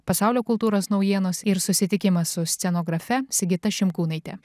pasaulio kultūros naujienos ir susitikimas su scenografe sigita šimkūnaite